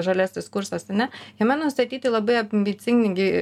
žaliasis kursas ane jame nustatyti labai ambicingi